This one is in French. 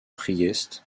priest